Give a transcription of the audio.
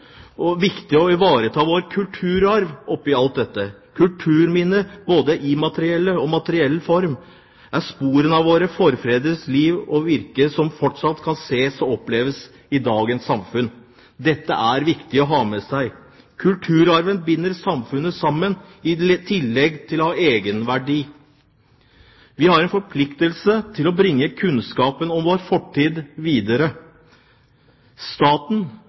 er viktig å ha med seg. Kulturarven binder samfunnet sammen, i tillegg til å ha en egenverdi. Vi har en forpliktelse til å bringe kunnskapen om vår fortid videre. Staten